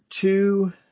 two